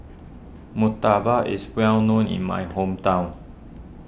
Murtabak is well known in my hometown